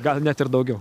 gal net ir daugiau